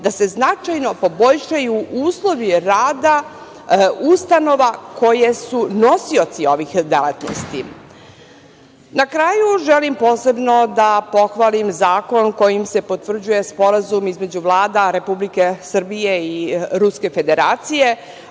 da se značajno poboljšaju uslovi rada ustanova koje su nosioci ovih delatnosti. Na kraju, želim posebno da pohvalim zakon kojim se potvrđuje Sporazum između vlada Republike Srbije i Ruske Federacije,